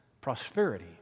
prosperity